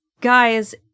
guys